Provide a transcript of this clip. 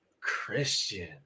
Christian